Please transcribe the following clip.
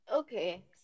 Okay